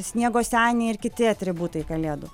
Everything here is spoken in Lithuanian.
sniego senį ir kiti atributai kalėdų